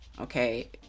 Okay